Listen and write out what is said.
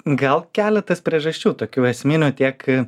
gal keletas priežasčių tokių esminių tiek